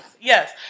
Yes